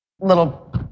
little